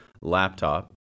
laptop